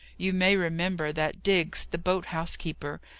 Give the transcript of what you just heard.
you may remember that diggs, the boat-house keeper,